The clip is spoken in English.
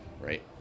Right